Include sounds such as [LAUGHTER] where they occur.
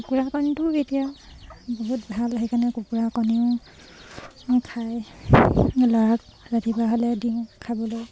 কুকুৰা কণীটো [UNINTELLIGIBLE] বহুত ভাল সেইকাৰণে কুকুৰা কণীও খায় ল'ৰাক ৰাতিপুৱা হ'লে দিওঁ খাবলৈ